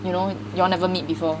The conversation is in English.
you know you all never meet before